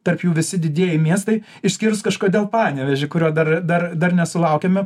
tarp jų visi didieji miestai išskyrus kažkodėl panevėžį kurio dar dar dar nesulaukėme